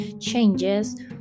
changes